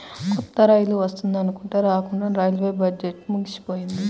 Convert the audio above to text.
మనకు కొత్త రైలు వస్తుందనుకుంటే రాకండానే రైల్వే బడ్జెట్టు ముగిసిపోయింది